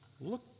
Look